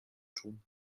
tun